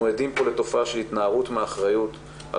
אנחנו עדים פה לתופעה של התנערות מאחריות על